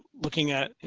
looking at,